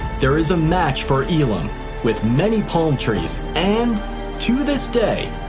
there is a match for elim with many palm trees, and to this day,